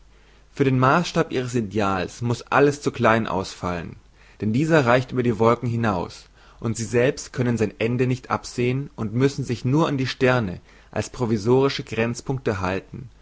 für den maasstab ihres ideals muß alles zu klein ausfallen denn dieser reicht über die wolken hinaus und sie selbst können sein ende nicht absehen und müssen sich nur an die sterne als provisorische grenzpunkte halten